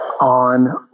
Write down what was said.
on